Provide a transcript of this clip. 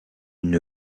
une